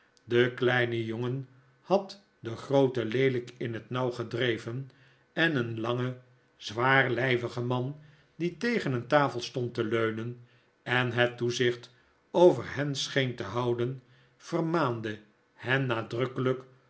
de kleine jongen had den grooten leelijk in het nauw gedreven en een lange zwaarlijvige man die tegen een tafel stond te leunen en het toezicht over hen scheen te houden vermaande hen nadrukkelijk